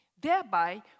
thereby